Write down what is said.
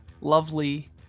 lovely